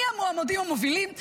מי המועמדים המובילים.